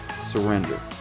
surrender